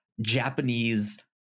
Japanese